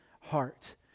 heart